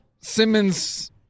Simmons